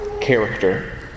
character